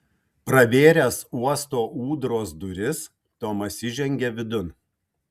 pravėręs uosto ūdros duris tomas įžengė vidun